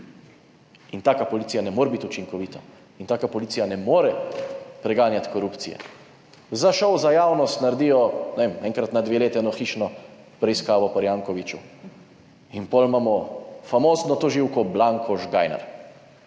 In taka policija ne more biti učinkovita in taka policija ne more preganjati korupcije. Za šov, za javnost naredijo, ne vem, enkrat na dve leti eno hišno preiskavo pri Jankoviću. In pol imamo famozno tožilko Blanko Žgajnar.